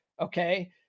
okay